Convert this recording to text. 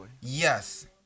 Yes